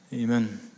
Amen